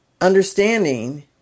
Understanding